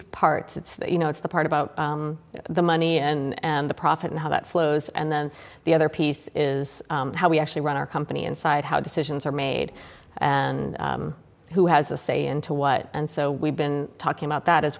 it's you know it's the part about the money and the profit and how that flows and then the other piece is how we actually run our company inside how decisions are made and who has a say into what and so we've been talking about that as